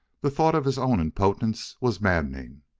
the thought of his own impotence was maddening.